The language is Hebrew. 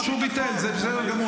על ביטול, שהוא ביטל, זה בסדר גמור.